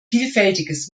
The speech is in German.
vielfältiges